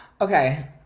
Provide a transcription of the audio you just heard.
Okay